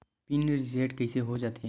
Pin reset कइसे हो जाथे?